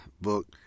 book